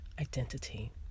identity